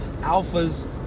alphas